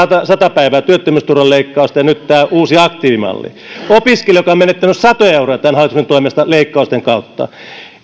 sata päivää työttömyysturvan leikkausta ja nyt tämä uusi aktiivimalli opiskelija joka on menettänyt satoja euroja tämän hallituksen toimesta leikkausten kautta